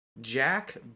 Jack